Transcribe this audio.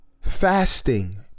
fasting